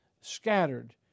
scattered